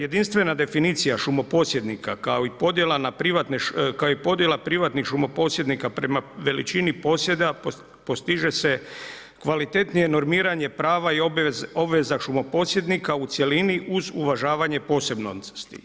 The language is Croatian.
Jedinstvena definicija šumo posjednika, kao i podjela privatnih šumo posjednika prema veličini posjeda postiže se kvalitetnije normiranje prava i obveza šumo posjednika u cjelini uz uvažavanje posebnosti.